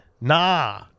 Nah